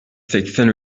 seksen